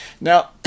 Now